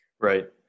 Right